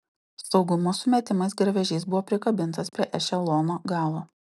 saugumo sumetimais garvežys buvo prikabintas prie ešelono galo